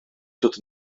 dod